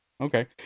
Okay